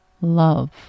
Love